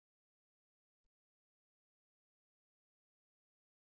కాబట్టి ఇప్పుడు ఇక్కడ నుండి మీరు ఈ దిశలో వెళ్ళాలి ఎందుకంటే మీరు జనరేటర్ డిజైన్ వైపు వెళ్ళాలి